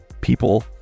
people